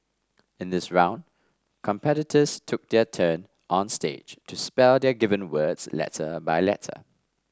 in this round competitors took their turn on stage to spell their given words letter by letter